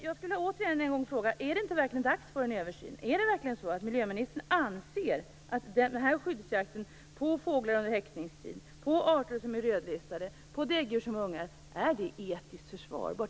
Jag frågar återigen: Är det verkligen inte dags för en översyn? Anser verkligen miljöministern att skyddsjakten på fåglar under häckningstid, på arter som är rödlistade och på däggdjur som har ungar är etisk försvarbar?